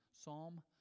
Psalm